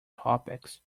topics